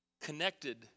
connected